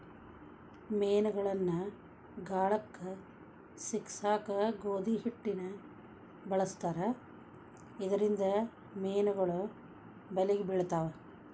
ಮೇನಗಳನ್ನ ಗಾಳಕ್ಕ ಸಿಕ್ಕಸಾಕ ಗೋಧಿ ಹಿಟ್ಟನ ಬಳಸ್ತಾರ ಇದರಿಂದ ಮೇನುಗಳು ಬಲಿಗೆ ಬಿಳ್ತಾವ